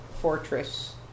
fortress